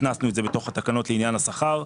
הכנסנו את זה בתוך התקנות לעניין השכר.